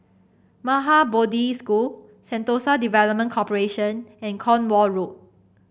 Maha Bodhi School Sentosa Development Corporation and Cornwall Road